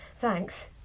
thanks